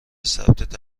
ثبت